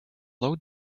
low